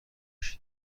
ﮐﺸﯿﺪﯾﻢ